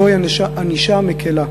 זוהי ענישה מקלה.